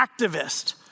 activist